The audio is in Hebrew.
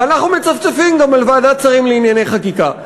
ואנחנו מצפצפים גם על ועדת שרים לענייני חקיקה.